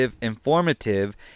informative